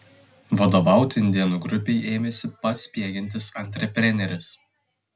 vadovauti indėnų grupei ėmėsi pats spiegiantis antrepreneris